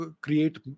create